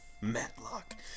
Matlock